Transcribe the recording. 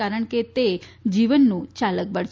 કારણ કે તે જીવનનું ચાલકબળ છે